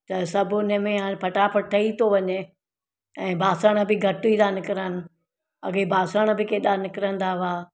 त सभु हुन में हाणे फटाफट ठही तो वञे ऐं बासण बि घटि ई था निकिरनि अॻिए बासण बि केतिरा निकिरंदा हुआ